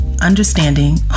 understanding